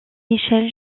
michelle